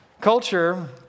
Culture